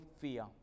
fear